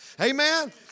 Amen